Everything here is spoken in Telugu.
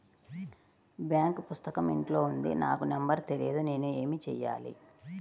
బాంక్ పుస్తకం ఇంట్లో ఉంది నాకు నంబర్ తెలియదు నేను ఏమి చెయ్యాలి?